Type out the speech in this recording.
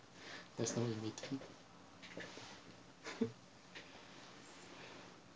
there's no in middle